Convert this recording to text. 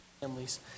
families